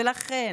--- ולכן: